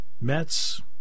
Mets